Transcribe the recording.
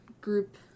group